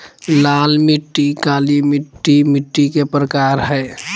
लाल मिट्टी, काली मिट्टी मिट्टी के प्रकार हय